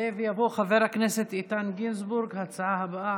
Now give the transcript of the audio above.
ההצעה הבאה,